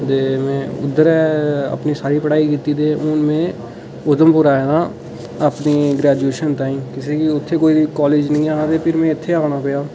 ते में इद्धर अपनी सारी पढ़ाई कीती ते हून में उधमपुर आए दा अपनी ग्रैजूऐशन ताईं ते उत्थै कोई कालेज निं हा ते भी में इत्थें औना पेआ